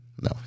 No